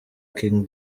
kim